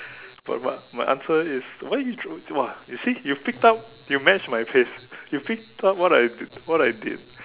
but but my answer is why you ch~ !wah! you see you picked up you match my pace you picked up what I what I did